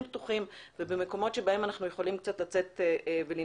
פתוחים ובמקומות שבהם אנחנו יכולים קצת לצאת ולנשום.